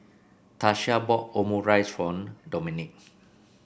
Tasha bought Omurice for Domenick